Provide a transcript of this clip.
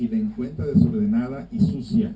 even with the now that he's here